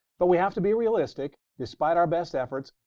but we have to be realistic. despite our best efforts,